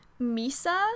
Misa